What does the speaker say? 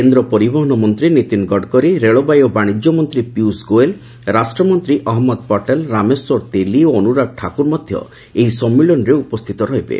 କେନ୍ଦ୍ର ପରିବହନ ମନ୍ତ୍ରୀ ନୀତିନ ଗଡ଼କରୀ ରେଳବାଇ ଓ ବାଣିଜ୍ୟ ମନ୍ତ୍ରୀ ପିୟୁଷ ଗୋଏଲ୍ ରାଷ୍ଟ୍ରମନ୍ତ୍ରୀ ଅହମ୍ମଦ ପଟେଲ ରାମେଶ୍ୱର ତେଲି ଓ ଅନୁରାଗ ଠାକୁର ମଧ୍ୟ ଏହି ସମ୍ମିଳନୀରେ ଉପସ୍ଥିତ ରହିବେ